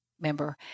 member